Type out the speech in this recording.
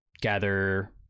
gather